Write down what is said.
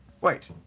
Wait